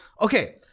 Okay